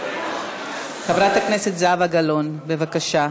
חברת הכנסת זהבה גלאון, בבקשה.